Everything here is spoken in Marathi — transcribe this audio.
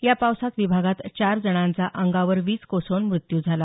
या पावसात विभागात चार जणांचा अंगावर वीज कोसळून मृत्यू झाला